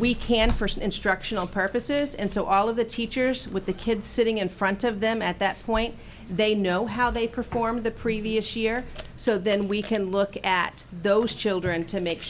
we can first instructional purposes and so all of the teachers with the kids sitting in front of them at that point they know how they performed the previous year so then we can look at those children to make